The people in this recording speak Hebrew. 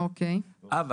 אבל,